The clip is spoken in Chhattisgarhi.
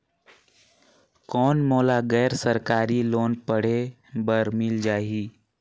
कौन मोला गैर सरकारी लोन पढ़े बर मिल जाहि?